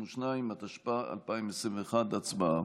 32), התשפ"א 2021. הצבעה.